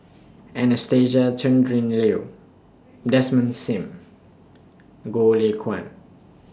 Anastasia Tjendri Liew Desmond SIM Goh Lay Kuan